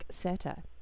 Setter